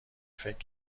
فکر